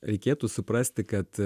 reikėtų suprasti kad